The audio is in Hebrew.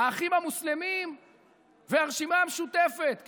האחים המוסלמים והרשימה המשותפת,